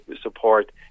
support